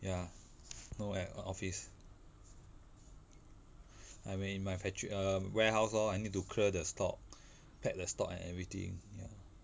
ya no leh at office I'm in my facto~ err warehouse lor I need to clear the stock pack the stock and everything ya